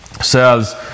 says